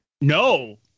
No